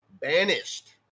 banished